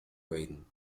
rain